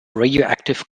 radioactive